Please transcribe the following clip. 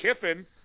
Kiffin